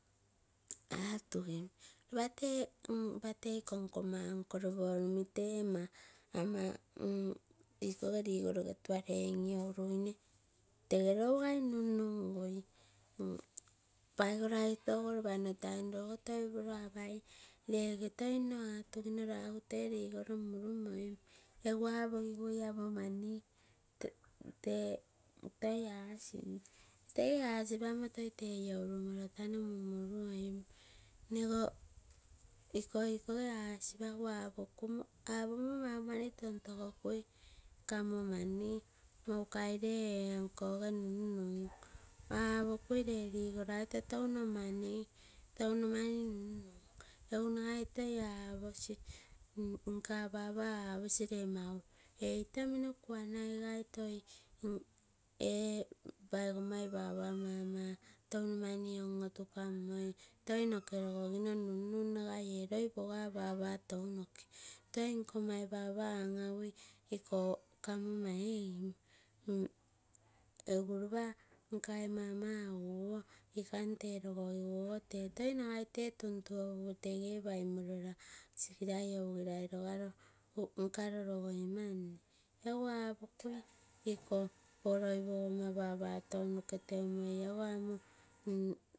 Ropa tee nkoma uncle porumi igiko rigoroge ama tualei in inouougai, upumo tege lougai nunnungui paigoraito ogo toi upuroo amei lee ege toi nno atumino ragu, egu tee rigoro murumoing, egu apogiguo amo mani ikoo tege toi asipamo tege ioutumo tanoo moimoi tou. Iko igikoge asipagu apokuo apomo maumani tontogokui kamo mani maukai lee ekoo ege nun-nun. Apokui lee rigoraito touno mani, touno mani egu nai nkoma papa aposi lee mau itomino kuanai gai ee paigoma papa mama tou mani on otukam, toi noke rogino num-num nagai ee loi pogoma papa tounoke toi nkomai papa mama touno on otu kamoi toi noke logomino num num nagai ee loi popoa papa touno mani toi noke rogogino nun-nun ee loi pogoa papa tounoke toi nkomai papa an agui iko kamo mani egu ropan kai mamai otukogiguogo tee toi tege gee paineorona roganne egu apokui ikoo loo pogoa papa touno teumoi ogo.